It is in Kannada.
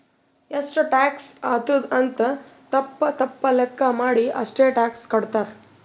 ಎಷ್ಟು ಟ್ಯಾಕ್ಸ್ ಆತ್ತುದ್ ಅಂತ್ ತಪ್ಪ ತಪ್ಪ ಲೆಕ್ಕಾ ಮಾಡಿ ಅಷ್ಟೇ ಟ್ಯಾಕ್ಸ್ ಕಟ್ತಾರ್